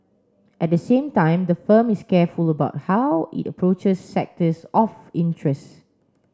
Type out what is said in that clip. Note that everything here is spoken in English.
at the same time the firm is careful about how it approaches sectors of interest